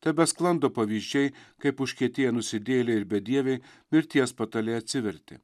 tebesklando pavyzdžiai kaip užkietėję nusidėjėliai ir bedieviai mirties patale atsivertė